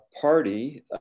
party